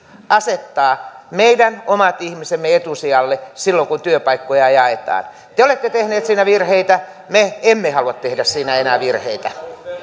asettaa meidän omat ihmisemme etusijalle silloin kun työpaikkoja jaetaan te olette tehneet siinä virheitä me emme halua tehdä siinä enää virheitä